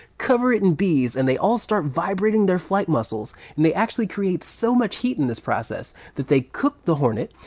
cover it in bees and they all start vibrating their flight muscles. and they actually create so much heat in this process that they cook the hornet.